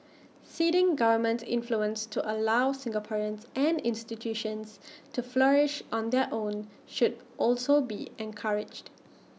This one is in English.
ceding government influence to allow Singaporeans and institutions to flourish on their own should also be encouraged